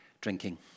drinking